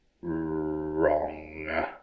Wrong